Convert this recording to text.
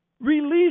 Release